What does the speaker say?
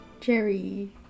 Jerry